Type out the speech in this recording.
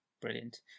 Brilliant